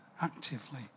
actively